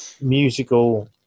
musical